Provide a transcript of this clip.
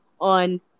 on